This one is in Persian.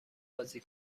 بازی